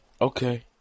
Okay